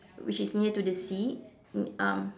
which is near to the sea um